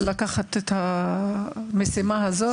אני מוכנה לקחת את המשימה הזו,